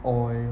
oil